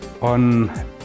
on